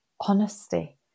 honesty